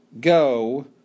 go